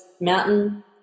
mountain